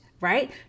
right